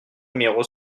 numéro